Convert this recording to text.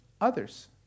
others